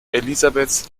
elisabeths